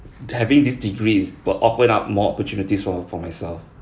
having this degree is would open up more opportunities for for myself